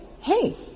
hey